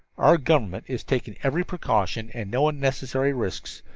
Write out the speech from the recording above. our government is taking every precaution, and no unnecessary risks.